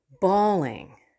bawling